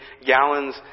gallons